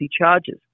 charges